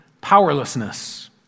powerlessness